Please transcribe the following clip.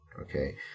okay